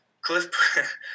Cliff